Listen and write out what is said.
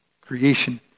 Creation